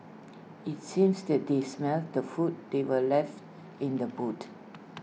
it's seems that they smelt the food they were left in the boot